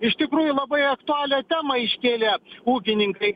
iš tikrųjų labai aktualią temą iškėlė ūkininkai